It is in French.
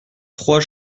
trois